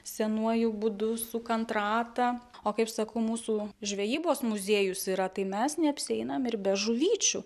senuoju būdu sukant ratą o kaip sakau mūsų žvejybos muziejus yra tai mes neapsieinam ir be žuvyčių